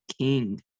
king